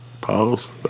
pause